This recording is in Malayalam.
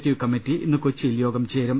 റ്റീവ് കമ്മിറ്റി ഇന്ന് കൊച്ചിയിൽ യോഗം ചേരും